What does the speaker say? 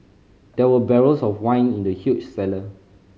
there were barrels of wine in the huge cellar